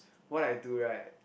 what I do right